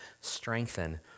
strengthen